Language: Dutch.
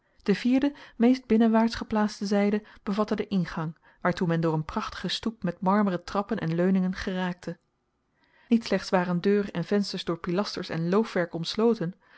de vierde meest binnenwaarts geplaatste zijde bevatte den ingang waartoe men door een prachtige stoep met marmeren trappen en leuningen geraakte niet slechts waren deur en vensters door pilasters en loofwerk omsloten